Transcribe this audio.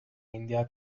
india